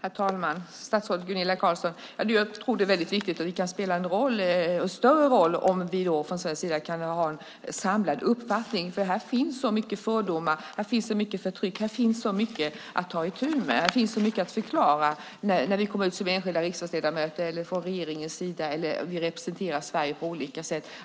Herr talman och statsrådet Gunilla Carlsson! Jag tror att vi kan spela en större roll om vi från svensk sida kan ha en samlad uppfattning, för här finns så mycket fördomar, så mycket förtryck, så mycket att ta itu med. Här finns så mycket att förklara, reda ut och motverka när vi kommer ut som enskilda riksdagsledamöter, från regeringens sida eller när vi representerar Sverige på olika sätt.